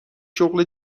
شغل